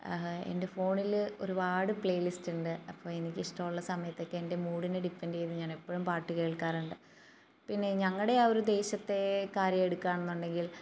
എൻ്റെ ഫോണിൽ ഒരുപാട് പ്ലേലിസ്റ്റ് ഉണ്ട് അപ്പോൾ എനിക്കിഷ്ടമുള്ള സമയത്തൊക്കെ എൻ്റെ മൂഡിന് ഡിപെൻഡ് ചെയ്ത് ഞാൻ എപ്പോഴും പാട്ട് കേൾക്കാറുണ്ട് പിന്നെ ഞങ്ങളുടെ ആ ഒരു ദേശത്തെ കാര്യം എടുക്കാണെന്നുണ്ടെങ്കിൽ